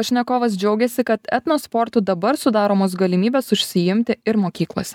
pašnekovas džiaugėsi kad etno sportu dabar sudaromos galimybės užsiimti ir mokyklose